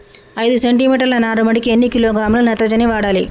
ఐదు సెంటిమీటర్ల నారుమడికి ఎన్ని కిలోగ్రాముల నత్రజని వాడాలి?